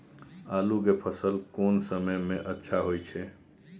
आलू के फसल कोन समय में अच्छा होय छै?